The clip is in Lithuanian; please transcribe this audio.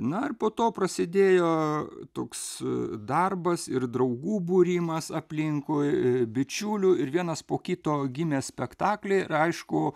na ir po to prasidėjo toks darbas ir draugų būrimas aplinkui bičiulių ir vienas po kito gimė spektakliai ir aišku